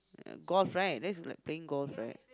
golf right that's like playing golf right